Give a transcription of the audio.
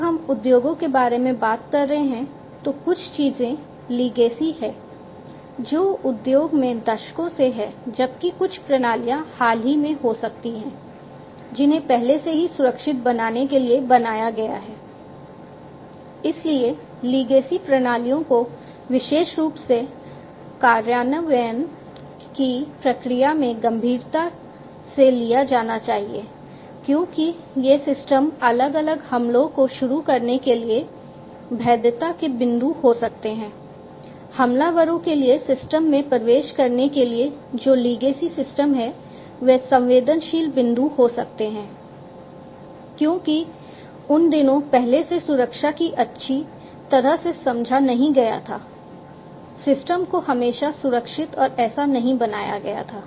जब हम उद्योगों के बारे में बात कर रहे हैं तो कुछ चीजें लीगेसी सिस्टम हैं वह संवेदनशील बिंदु हो सकते हैं क्योंकि उन दिनों पहले से सुरक्षा को अच्छी तरह से समझा नहीं गया था सिस्टम को हमेशा सुरक्षित और ऐसा नहीं बनाया गया था